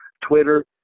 Twitter